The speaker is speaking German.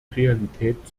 realität